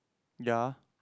ya